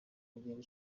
ugenda